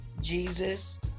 Jesus